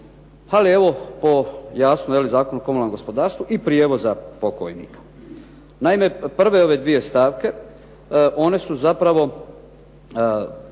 ali evo po Zakonu o komunalnom gospodarstvu i prijevoza pokojnika. Naime, prve ove dvije stavke se zapravo